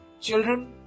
children